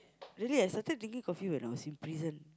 really eh I started drinking coffee when I was in prison